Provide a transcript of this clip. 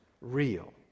real